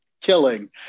killing